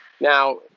Now